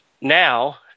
Now